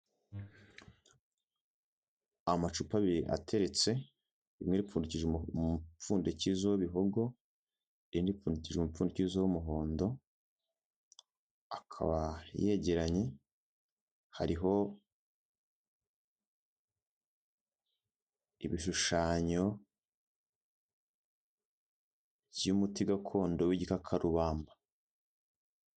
Amacupa abiri ateretse rimwe ripfundikije umupfundikizo w'ibihogo, irindi ripfundikije umupfundikizo w'umuhondo, akaba yegeranye hariho ibishushanyo by'umuti gakondo w'igikakakarumba.